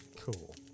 Cool